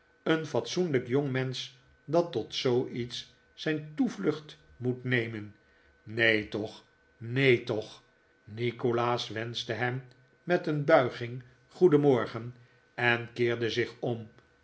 een fatsoenlijk jongmensch dat tot zooiets zijn toevlucht moet nemen neen toch neen toch nikolaas wenschte hem met een buiging goedenmorgen en keerde zich om